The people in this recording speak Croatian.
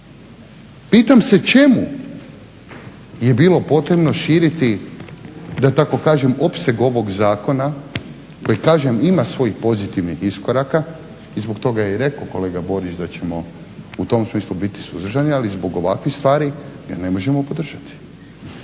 Pitam se čemu je bilo potrebno širiti da tako kažem opseg ovog zakona koji kažem ima svojih pozitivnih iskoraka i zbog toga je i rekao kolega Borić da ćemo u tom smislu biti suzdržani, ali zbog ovakvih stvari ga ne možemo podržati.